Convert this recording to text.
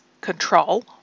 control